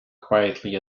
quietly